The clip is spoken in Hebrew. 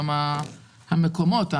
גם המקומות,